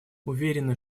уверены